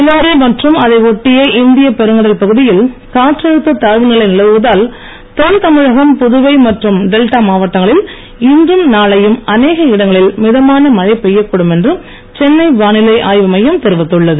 இலங்கை மற்றும் அதை ஒட்டிய இந்திய பெருங்கடல் பகுதியில் காற்றழுத்த தாழ்வு நிலை நிலவுவதால் தென் தமிழகம் புதுவை மற்றும் டெல்டா மாவட்டங்களில் இன்றும் நாளையும் அனேக இடங்களில் மிதமான மழை பெய்யக்கூடும் என்று சென்னை வானிலை ஆய்வு மையம் தெரிவித்துள்ளது